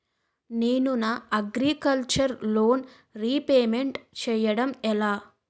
నేను నా agriculture loan repayment చేయడం ఎలా?